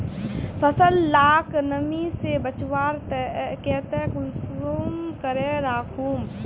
फसल लाक नमी से बचवार केते कुंसम करे राखुम?